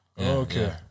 Okay